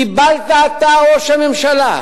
קיבלת אתה, ראש הממשלה,